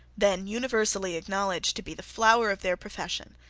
then universally acknowledged to be the flower of their profession,